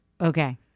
Okay